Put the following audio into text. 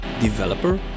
Developer